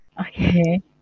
Okay